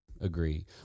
Agree